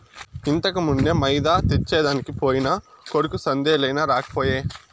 ఇంతకుమున్నే మైదా తెచ్చెదనికి పోయిన కొడుకు సందేలయినా రాకపోయే